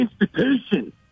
institution